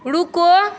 रुको